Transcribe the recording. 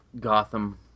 Gotham